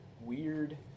weird